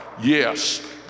yes